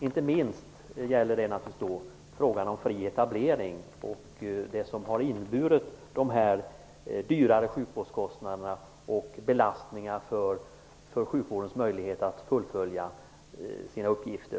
Inte minst gäller det naturligtvis frågan om fri etablering. Det är det som har inneburit att det blivit ökade sjukvårdskostnader och belastningar i fråga om sjukvårdens möjlighet att fullfölja sina uppgifter.